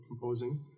composing